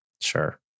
Sure